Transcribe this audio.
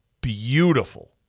beautiful